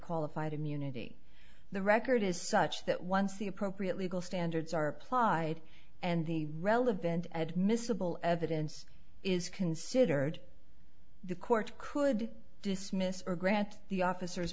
qualified immunity the record is such that once the appropriate legal standards are applied and the relevant admissible evidence is considered the court could dismiss or grant the officers